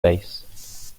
base